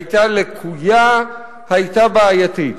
היתה לקויה, היתה בעייתית.